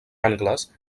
angles